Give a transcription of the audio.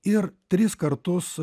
ir tris kartus